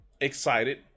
excited